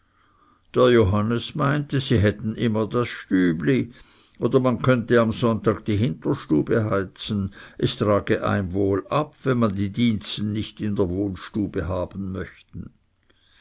der johannes meinte sie hätten immer das stübli oder man könnte am sonntag die hinterstube heizen es trage es eim wohl ab wenn man die diensten nicht in der wohnstube haben möchte